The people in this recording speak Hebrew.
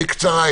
שלום.